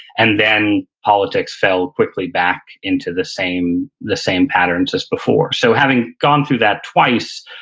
and then politics fell quickly back into the same the same patterns as before. so having gone through that twice,